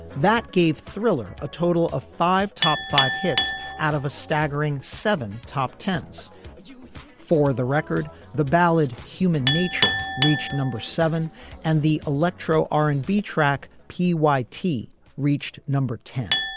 that gave thriller a total of five top five hits out of a staggering seven top tens for the record the ballad human nature reached number seven and the electro r n. and beat track p y t reached number ten.